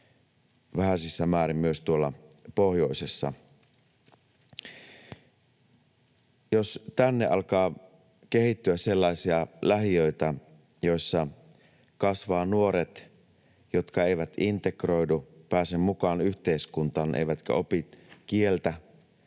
vähäisissä määrin myös tuolla pohjoisessa. Jos tänne alkaa kehittyä sellaisia lähiöitä, joissa kasvaa nuoria, jotka eivät integroidu, pääse mukaan yhteiskuntaan, eivätkä opi kieltä,